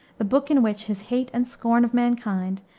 the book in which his hate and scorn of mankind,